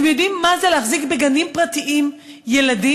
אתם יודעים מה זה להחזיק בגנים פרטיים ילדים?